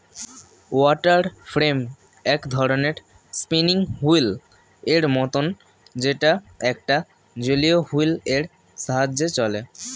water frame এক ধরণের spinning wheel এর মতন যেটা একটা জলীয় হুইল এর সাহায্যে চলে